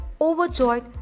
overjoyed